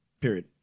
Period